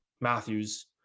Matthews